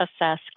assess